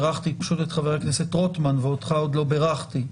ברכתי את חבר הכנסת רוטמן ואותך עוד לא ברכתי.